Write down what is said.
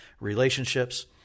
relationships